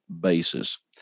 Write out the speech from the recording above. basis